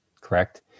correct